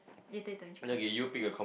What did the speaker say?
later later when she comes in then we can lah